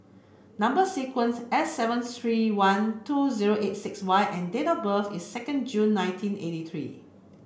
number sequence S seven three one two zero eight six Y and date of birth is second June nineteen eighty three